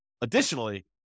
additionally